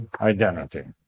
identity